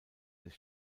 des